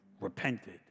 repented